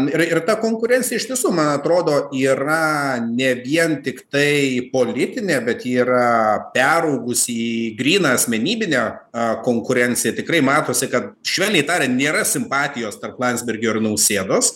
ir ir ta konkurencija iš tiesų man atrodo yra ne vien tiktai politinė bet yra peraugusi į gryną asmenybinio konkurencija tikrai matosi kad švelniai tariant nėra simpatijos tarp landsbergio ir nausėdos